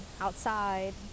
outside